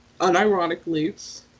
Unironically